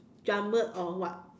or what